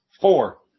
four